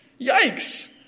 Yikes